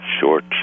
short